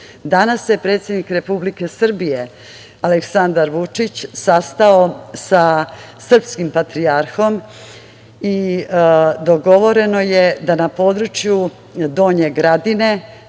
se predsednik Republike Srbije Aleksandar Vučić sastao sa srpskim patrijarhom i dogovoreno je da na području Donje Gradine,